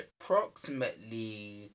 approximately